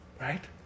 Right